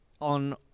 on